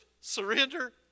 surrender